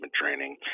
training